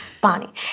Bonnie